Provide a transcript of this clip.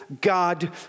God